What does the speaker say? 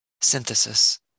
synthesis